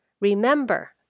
Remember